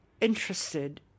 interested